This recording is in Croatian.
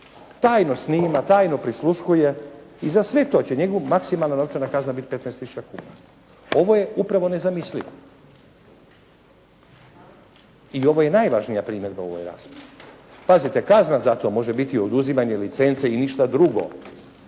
tajno snima, tajno prisluškuje i za sve to će njegova maksimalna novčana kazna biti 15000 kuna. Ovo je upravo nezamislivo i ovo je najvažnija primjedba u ovoj raspravi. Pazite, kazna za to može biti oduzimanje licence i ništa drugo.